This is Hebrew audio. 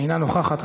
אינה נוכחת.